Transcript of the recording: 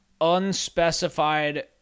unspecified